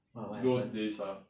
!wah! what happened